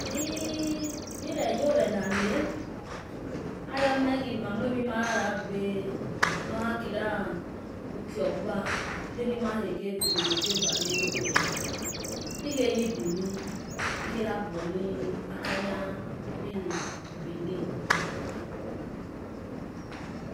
Niroyowena nq ayomo. mamuamimayokhaya gbe. nolakilu uki okpa nanimakhoge phi dono varo owena. ikheyi benin. ileheya gbonu akanya uhi benin.